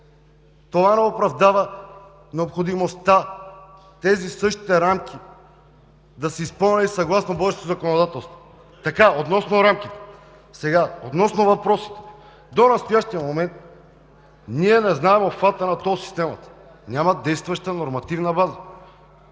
това не оправдава необходимостта тези същите рамки да са изпълнени съгласно българското законодателство. Това е относно рамките. Относно въпросите. До настоящия момент ние не знаем обхвата на тол системата. Няма действаща нормативна база.